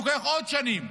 לוקח עוד שנים,